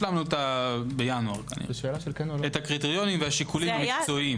בינואר את הקריטריונים והשיקולים המקצועיים.